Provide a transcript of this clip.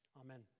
Amen